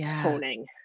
honing